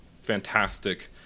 fantastic